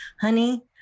honey